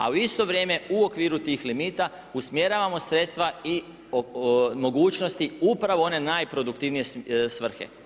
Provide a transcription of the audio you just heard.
A u isto vrijeme u okviru tih limita usmjeravam sredstva i mogućnosti, upravo one najproduktivnije svrhe.